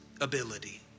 ability